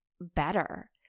better